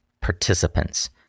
participants